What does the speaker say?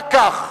רק כך,